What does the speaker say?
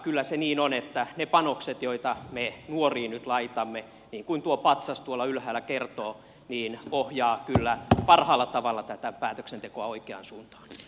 kyllä se niin on että ne panokset joita me nuoriin nyt laitamme niin kuin tuo patsas tuolla ylhäällä kertoo ohjaavat kyllä parhaalla tavalla tätä päätöksentekoa oikeaan suuntaan